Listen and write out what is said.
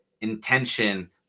intention